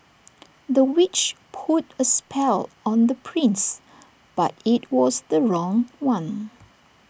the witch put A spell on the prince but IT was the wrong one